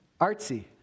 artsy